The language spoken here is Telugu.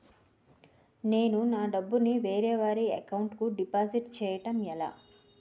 నేను నా డబ్బు ని వేరే వారి అకౌంట్ కు డిపాజిట్చే యడం ఎలా?